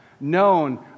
known